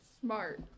Smart